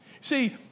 See